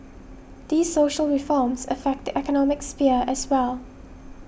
these social reforms affect the economic sphere as well